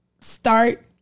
start